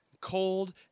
cold